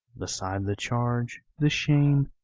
beside the charge, the shame,